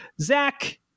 Zach